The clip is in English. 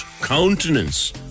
countenance